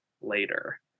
later